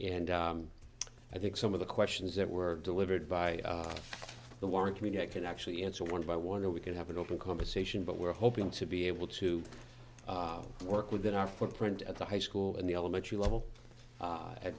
and i think some of the questions that were delivered by the warren community can actually answer one by one and we can have an open conversation but we're hoping to be able to work within our footprint at the high school and the elementary level a